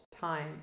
time